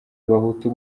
abahutu